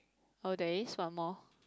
oh there is one more